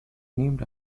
named